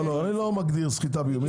אני לא מגדיר את זה כסחיטה באיומים,